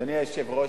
אדוני היושב-ראש,